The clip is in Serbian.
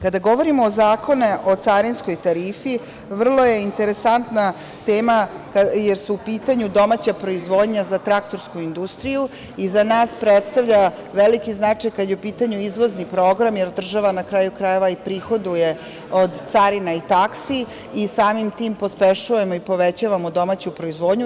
Kada govorimo o Zakonu o carinskoj tarifi, vrlo je interesantna tema, jer su u pitanju domaća proizvodnja za traktorsku industriju i za nas predstavlja veliki značaj kada je u pitanju izvozni program, jer država, na kraju krajeva, i prihoduje od carina i taksi i samim tim pospešujemo i povećavamo domaću proizvodnju.